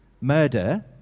Murder